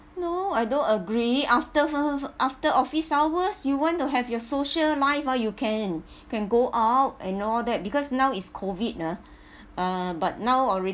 no I don't agree after after office hours you want to have your social life ah you can can go out and all that because now is COVID ah uh but now already